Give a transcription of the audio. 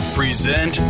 present